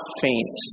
faint